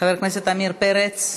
חבר הכנסת עמיר פרץ,